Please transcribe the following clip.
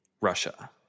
Russia